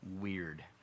weird